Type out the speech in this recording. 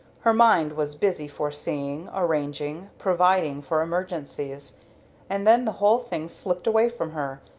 her mind was busy foreseeing, arranging, providing for emergencies and then the whole thing slipped away from her,